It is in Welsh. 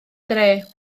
dre